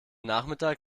nachmittag